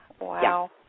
Wow